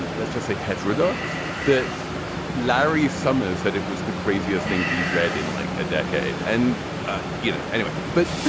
and let's just say heterodox that larry summers said it was the craziest thing he'd read in like a decade. and ah you know anyway but